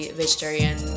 vegetarian